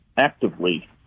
actively